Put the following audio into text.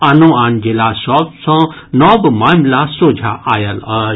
आनो आन जिला सभ सँ नव मामिला सोझा आयल अछि